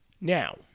Now